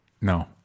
No